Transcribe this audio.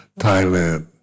Thailand